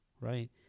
Right